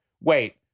wait